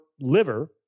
liver